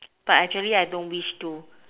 but actually I don't wish to